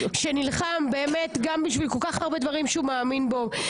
שנלחם גם בשביל כל כך הרבה דברים שהוא מאמין בהם.